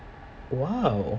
!wow!